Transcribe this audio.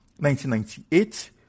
1998